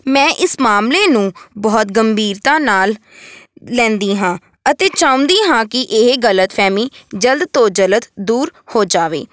ਮੈਂ ਇਸ ਮਾਮਲੇ ਨੂੰ ਬਹੁਤ ਗੰਭੀਰਤਾ ਨਾਲ ਲੈਂਦੀ ਹਾਂ ਅਤੇ ਚਾਹੁੰਦੀ ਹਾਂ ਕਿ ਇਹ ਗਲਤ ਫ਼ਹਿਮੀ ਜਲਦ ਤੋਂ ਜਲਦ ਦੂਰ ਹੋ ਜਾਵੇ